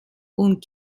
und